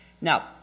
Now